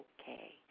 okay